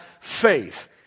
faith